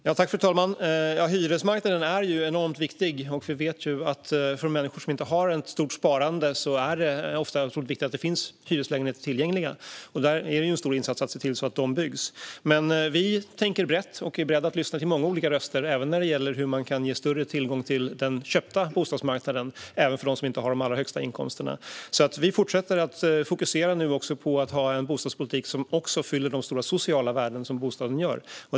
Fru talman! Hyresmarknaden är enormt viktig. För människor som inte har ett stort sparande är det ofta otroligt viktigt att hyresrätter finns tillgängliga. Det behövs en stor insats för att se till att dessa byggs. Men vi tänker brett och är beredda att lyssna till många olika röster, även när det gäller hur man kan ge större tillgång till den köpta bostadsmarknaden för dem som inte har de allra högsta inkomsterna. Vi fortsätter att fokusera på att ha en bostadspolitik som också fyller de stora sociala värden som bostaden gör.